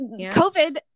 covid